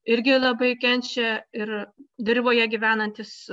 irgi labai kenčia ir dirvoje gyvenantys